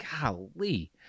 golly